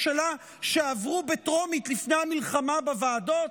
שלה שעברו בטרומית לפני המלחמה בוועדות?